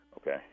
Okay